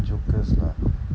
jokers lah